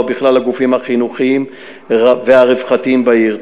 ובכלל הגופים החינוכיים והרווחתים בעיר.